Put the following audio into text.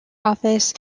office